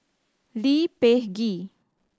Lee Peh Gee